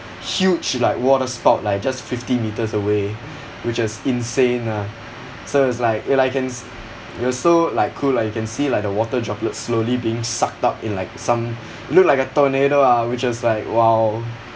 huge like water spout like just fifty metres away which was insane lah so it's like in like it was so like cool lah you can see like the water droplets slowly being sucked up in like some look like a tornado ah which was like !wow!